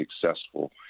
successful